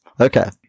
Okay